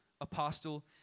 apostle